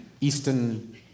Eastern